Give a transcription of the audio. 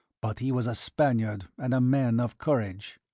but he was a spaniard and a man of courage.